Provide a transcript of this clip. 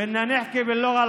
אנחנו נדבר בערבית,